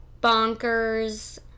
bonkers